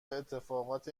اتفاقات